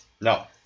No